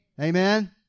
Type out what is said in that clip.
Amen